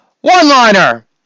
one-liner